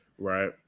Right